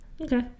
Okay